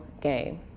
game